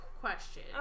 question